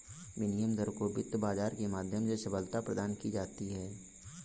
विनिमय दर को वित्त बाजार के माध्यम से सबलता प्रदान की जाती है